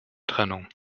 trennung